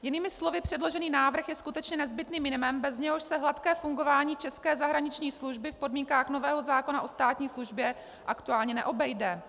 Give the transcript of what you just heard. Jinými slovy, předložený návrh je skutečně nezbytným minimem, bez něhož se hladké fungování české zahraniční služby v podmínkách nového zákona o státní službě aktuálně neobejde.